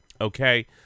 okay